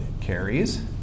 carries